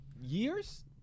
years